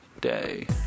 day